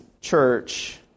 church